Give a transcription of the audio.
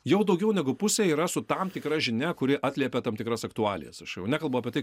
jau daugiau negu pusė yra su tam tikra žinia kuri atliepia tam tikras aktualijas aš jau nekalbu apie tai